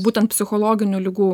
būtent psichologinių ligų